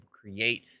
create